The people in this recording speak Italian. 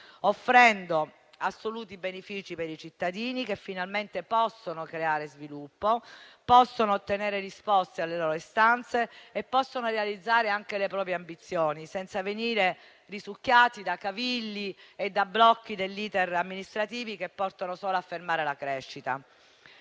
offrendo assoluti benefici per i cittadini, che finalmente possono creare sviluppo, ottenere risposte alle loro istanze e realizzare anche le proprie ambizioni, senza venire risucchiati da cavilli e da blocchi degli *iter* amministrativi che portano solo a fermare la crescita.